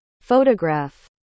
photograph